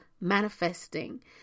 manifesting